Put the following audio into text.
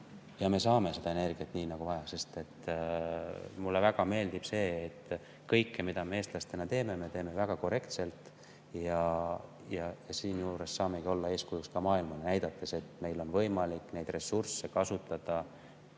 ja me saame seda energiat nii, nagu vaja. Mulle väga meeldib see, et kõike, mida me eestlastena teeme, me teeme väga korrektselt. Siinjuures me saamegi olla eeskujuks ka maailmale, näidates, et meil on võimalik ressursse kasutada